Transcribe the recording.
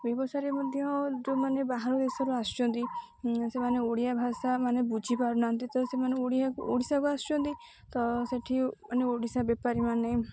ବ୍ୟବସାୟରେ ମଧ୍ୟ ଯେଉଁମାନେ ବାହାର ଦେଶରୁ ଆସୁଛନ୍ତି ସେମାନେ ଓଡ଼ିଆ ଭାଷା ମାନେ ବୁଝିପାରୁ ନାହାନ୍ତି ତ ସେମାନେ ଓଡ଼ିଶାକୁ ଆସୁଛନ୍ତି ତ ସେଠି ମାନେ ଓଡ଼ିଶା ବେପାରୀ ମାନେ